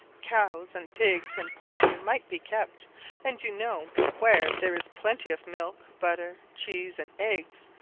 cows and pigs and poultry might be kept and you know where there is plenty of milk, butter, cheese, and eggs,